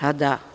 Pa da.